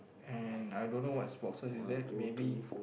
and I don't know what's boxes is that maybe